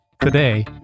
Today